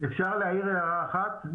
אפשר להעיר הערה אחת?